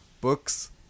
books